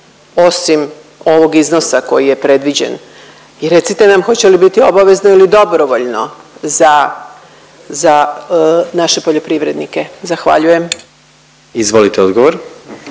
osim ovog iznosa koji je predviđen i recite nam, hoće li biti obavezno ili dobrovoljno za naše poljoprivrednike? Zahvaljujem. **Jandroković,